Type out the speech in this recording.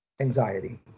Anxiety